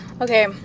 Okay